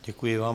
Děkuji vám.